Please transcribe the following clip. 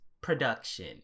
production